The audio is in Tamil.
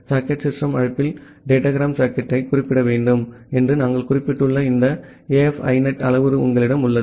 சாக்கெட் சிஸ்டம் அழைப்பில் டேட்டாகிராம் சாக்கெட்டைக் குறிப்பிட வேண்டும் என்று நாங்கள் குறிப்பிட்டுள்ள இந்த AF INET அளவுரு உங்களிடம் உள்ளது